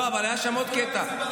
אבל היה שם עוד קטע.